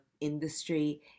industry